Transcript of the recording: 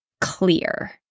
clear